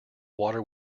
water